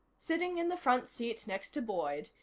sitting in the front seat next to boyd,